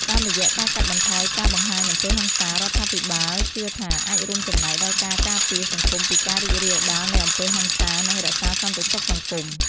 តាមរយៈការកាត់បន្ថយការបង្ហាញអំពើហិង្សា រដ្ឋាភិបាលជឿថាអាចរួមចំណែកដល់ការការពារសង្គមពីការរីករាលដាលនៃអំពើហិង្សា និងរក្សាសន្តិសុខសង្គម។